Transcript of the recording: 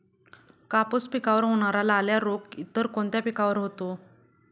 कापूस पिकावर होणारा लाल्या रोग इतर कोणत्या पिकावर होतो?